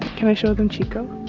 can i show them chico?